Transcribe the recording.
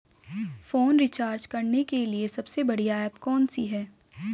Phone recharge करने के लिए सबसे बढ़िया ऐप कौन सी है?